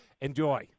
Enjoy